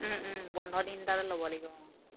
বন্ধ দিন এটাতে ল'ব লাগিব অঁ